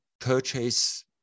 purchase